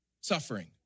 suffering